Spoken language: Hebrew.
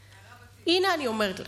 הינה, אני אומרת לכם,